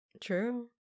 True